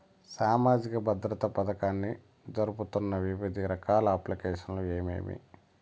సామాజిక భద్రత పథకాన్ని జరుపుతున్న వివిధ రకాల అప్లికేషన్లు ఏమేమి?